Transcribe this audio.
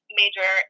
major